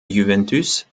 juventus